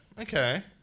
okay